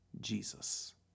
Jesus